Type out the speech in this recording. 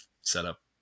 setup